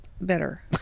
better